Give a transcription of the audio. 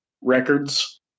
records